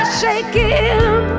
shaking